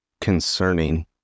concerning